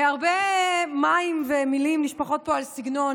הרבה מילים נשפכות פה על סגנון,